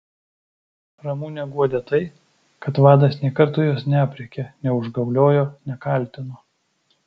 ramunę guodė tai kad vadas nė karto jos neaprėkė neužgauliojo nekaltino